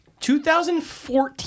2014